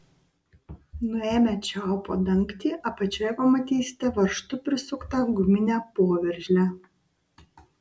nuėmę čiaupo dangtį apačioje pamatysite varžtu prisuktą guminę poveržlę